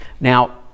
Now